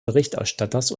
berichterstatters